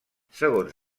segons